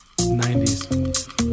90s